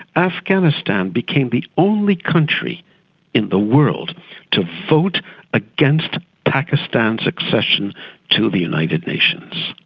afghanistan became the only country in the world to vote against pakistan's succession to the united nations.